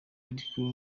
ariko